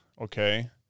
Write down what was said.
Okay